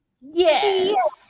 yes